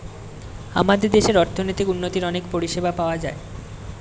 আমাদের দেশে অর্থনৈতিক উন্নতির অনেক পরিষেবা পাওয়া যায়